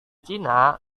cina